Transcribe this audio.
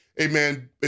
amen